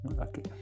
Okay